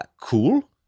Cool